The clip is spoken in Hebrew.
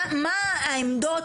מה העמדות,